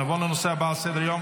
נעבור לנושא הבא על סדר-היום